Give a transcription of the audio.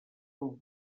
com